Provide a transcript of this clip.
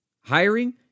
Hiring